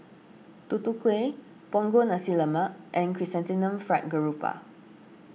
Tutu Kueh Punggol Nasi Lemak and Chrysanthemum Fried Garoupa